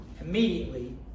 Immediately